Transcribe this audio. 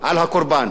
הגישה הזאת,